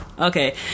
okay